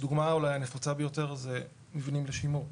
הדוגמה אולי הנפוצה ביותר זה מבנים בשימור.